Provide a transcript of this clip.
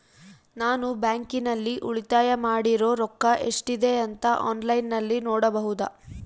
ನಾನು ಬ್ಯಾಂಕಿನಲ್ಲಿ ಉಳಿತಾಯ ಮಾಡಿರೋ ರೊಕ್ಕ ಎಷ್ಟಿದೆ ಅಂತಾ ಆನ್ಲೈನಿನಲ್ಲಿ ನೋಡಬಹುದಾ?